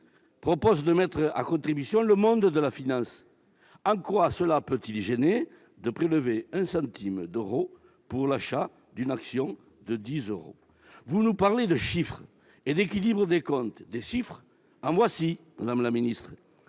envisagé de mettre à contribution le monde de la finance. En quoi cela peut-il gêner de prélever un centime d'euro pour l'achat d'une action de dix euros ? Vous nous parlez de chiffres et d'équilibre des comptes. Des chiffres, en voici, madame la ministre